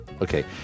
Okay